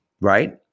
right